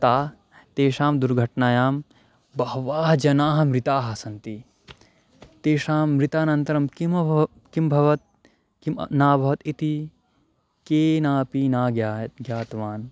ते तस्यां दुर्घटनायां बहवः जनाः मृताः सन्ति तैः मृतानन्तरं किम् अभवत् किम् अभवत् किं न अभवत् इति केनापि ना ग्या ज्ञातवान्